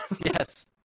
Yes